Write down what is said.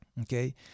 okay